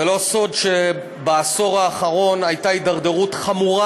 זה לא סוד שבעשור האחרון הייתה הידרדרות חמורה